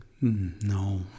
No